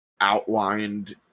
outlined